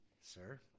sir